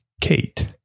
Kate